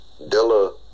Dilla